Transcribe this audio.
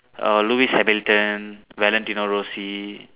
err Lewis Hamilton Valentino Rossi